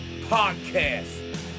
podcast